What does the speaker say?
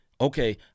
okay